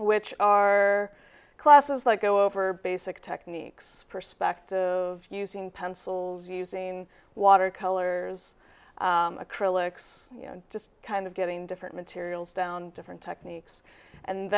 which are classes like go over basic techniques perspective using pencils using water colors acrylics you know just kind of getting different materials down different techniques and